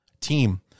team